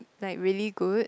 like really good